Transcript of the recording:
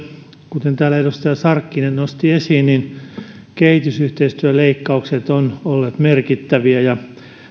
kuten täällä edustaja sarkkinen nosti esiin kehitysyhteistyöleikkaukset ovat olleet merkittäviä ja